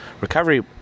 recovery